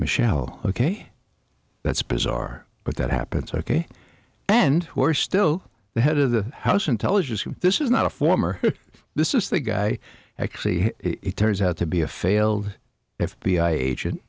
mashal ok that's bizarre but that happens ok and we're still the head of the house intelligence who this is not a former this is the guy actually it turns out to be a failed f b i agent